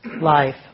life